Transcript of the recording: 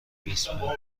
اسپرم